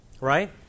Right